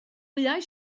wyau